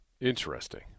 Interesting